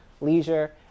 Leisure